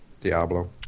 Diablo